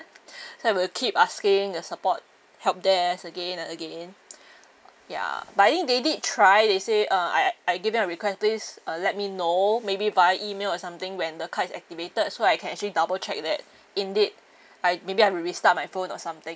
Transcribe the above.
so I will keep asking the support help desk again and again ya but I think they did try they say uh I I give them a request please uh let me know maybe by email or something when the card is activated so I can actually double check that indeed I maybe I have to restart my phone or something